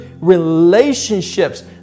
relationships